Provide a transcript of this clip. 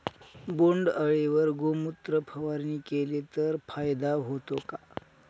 बोंडअळीवर गोमूत्र फवारणी केली तर फायदा होतो का?